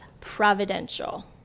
providential